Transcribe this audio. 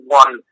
one